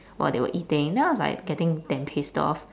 while they were eating then I was like getting damn pissed off